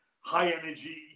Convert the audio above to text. high-energy